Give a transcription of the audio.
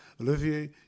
Olivier